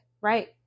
Right